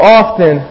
often